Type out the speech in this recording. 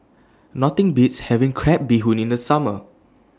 Nothing Beats having Crab Bee Hoon in The Summer